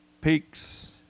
peaks